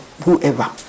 whoever